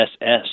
SS